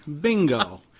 Bingo